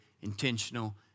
intentional